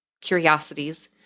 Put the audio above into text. curiosities